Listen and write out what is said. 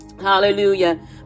Hallelujah